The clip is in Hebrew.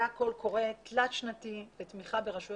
היה קול קורא תלת שנתי לתמיכה ברשויות